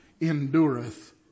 endureth